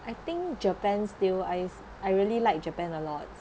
I think japan still I've I really like japan a lot